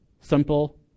Simple